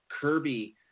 Kirby